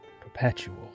perpetual